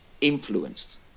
influenced